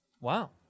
Wow